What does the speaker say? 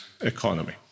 economy